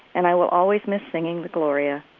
and i will always miss singing the gloria,